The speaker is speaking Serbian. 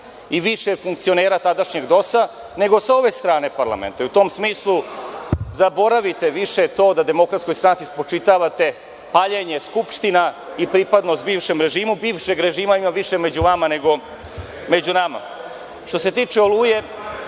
i više funkcionera tadašnjeg DOS nego sa ove strane parlamenta. U tom smislu zaboravite više to da DS spočitavate paljenje skupština i pripadnost bivšem režimu. Bivšeg režima ima više među vama nego među nama. Što se tiče „Oluje“,